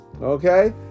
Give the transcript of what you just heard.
Okay